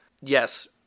Yes